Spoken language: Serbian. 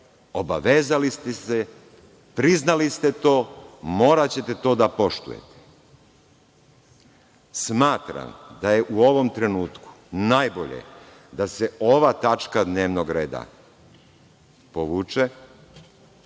obavezali ste se, priznali ste to, moraćete to da poštujete. Smatram da je u ovom trenutku najbolje da se ova tačka dnevnog reda povuče.